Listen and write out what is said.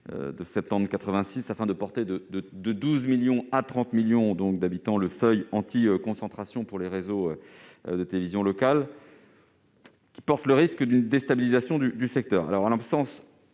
30 septembre 1986, afin de porter de 12 millions à 30 millions d'habitants le seuil anti-concentration pour les réseaux de télévision locale. Il porte le risque d'une déstabilisation du secteur.